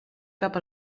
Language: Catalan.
cap